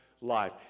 life